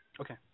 Okay